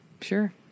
sure